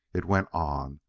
it went on,